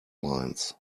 mines